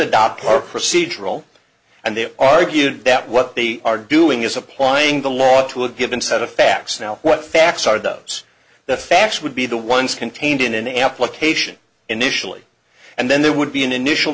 adopt or procedural and they argue that what they are doing is applying the law to a given set of facts now what facts are those the facts would be the ones contained in an application initially and then there would be an initial